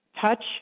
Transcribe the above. touch